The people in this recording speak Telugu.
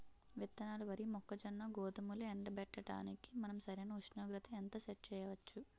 విత్తనాలు వరి, మొక్కజొన్న, గోధుమలు ఎండబెట్టడానికి మనం సరైన ఉష్ణోగ్రతను ఎంత సెట్ చేయవచ్చు?